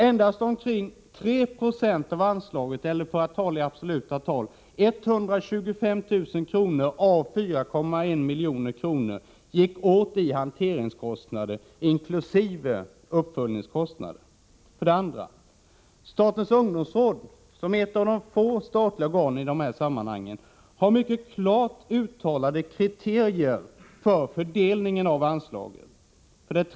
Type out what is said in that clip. Endast omkring 3 96 av anslaget, eller — för att tala i absoluta tal — 125 000 kr. av 4,1 milj.kr., gick åt till hanteringskostnader inkl. uppföljningskostnader. O Statens ungdomsråd, som är ett av de få statliga organen i det här sammanhanget, har mycket klart uttalade kriterier för fördelningen av anslaget.